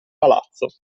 palazzo